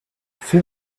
fill